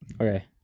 Okay